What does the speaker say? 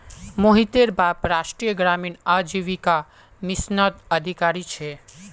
मोहितेर बाप राष्ट्रीय ग्रामीण आजीविका मिशनत अधिकारी छे